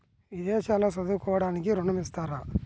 విదేశాల్లో చదువుకోవడానికి ఋణం ఇస్తారా?